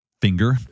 finger